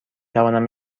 توانم